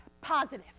positive